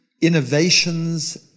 innovations